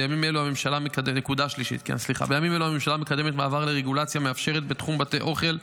בימים אלו הממשלה מקדמת מעבר לרגולציה מאפשרת בתחום בתי אוכל,